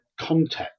context